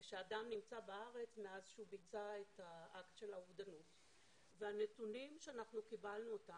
משרד הבריאות אמור היה להציג את הנתונים ו --- הנתונים שיש בידך זה